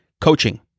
coaching